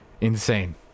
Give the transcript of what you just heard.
insane